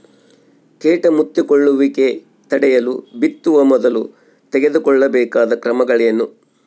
ಕೇಟ ಮುತ್ತಿಕೊಳ್ಳುವಿಕೆ ತಡೆಯಲು ಬಿತ್ತುವ ಮೊದಲು ತೆಗೆದುಕೊಳ್ಳಬೇಕಾದ ಕ್ರಮಗಳೇನು?